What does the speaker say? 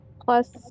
Plus